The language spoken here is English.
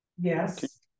Yes